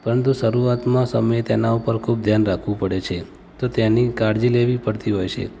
પરંતુ શરૂઆતમાં સમયે તેના ઉપર ખૂબ ધ્યાન રાખવું પડે છે તો તેની કાળજી લેવી પડતી હોય છે